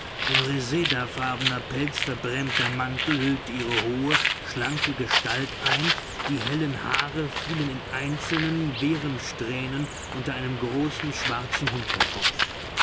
ein resedafarbener pelzverbrämter mantel hüllte ihre hohe schlanke gestalt ein die hellen haare fielen in einzelnen wirren strähnen unter einem großen schwarzen hut hervor